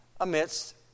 amidst